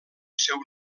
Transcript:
seu